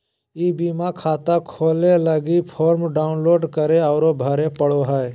ई बीमा खाता खोलय लगी फॉर्म डाउनलोड करे औरो भरे पड़ो हइ